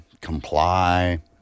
comply